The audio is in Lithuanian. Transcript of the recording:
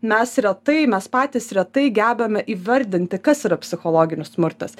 mes retai mes patys retai gebame įvardinti kas yra psichologinis smurtas